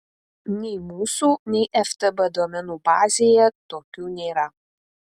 nei mūsų nei ftb duomenų bazėje tokių nėra